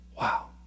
Wow